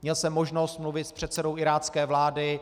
Měl jsem možnost mluvit s předsedou irácké vlády.